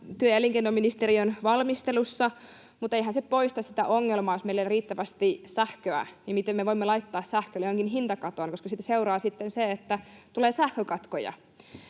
työ- ja elinkeinoministeriön valmistelussa, mutta eihän se poista sitä ongelmaa. Jos meillä ei ole riittävästi sähköä, miten me voimme laittaa sähkölle jonkin hintakaton, koska siitä seuraa sitten se, että tulee sähkökatkoja?